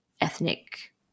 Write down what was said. ethnic